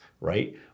right